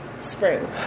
spring